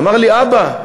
אמר לי: אבא,